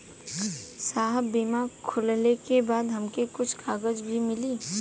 साहब बीमा खुलले के बाद हमके कुछ कागज भी मिली?